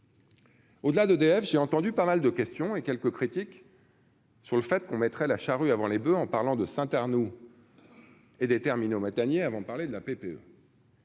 Au-delà d'EDF, j'ai entendu pas mal de questions et quelques critiques. Sur le fait qu'on mettrait la charrue avant les boeufs en parlant de Saint-Arnoult et des terminaux méthaniers avant de parler de la PPE.